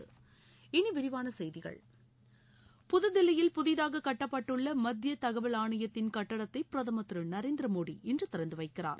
இனி விரிவான செய்திகள் புத்தில்லியில் புதிதாக கட்டப்பட்டுள்ள மத்திய தகவல் ஆணையத்தின் கட்டடத்தை பிரதமர் திரு நரேந்திரமோடி இன்று திறந்து வைக்கிறார்